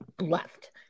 Left